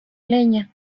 leña